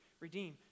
redeem